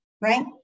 right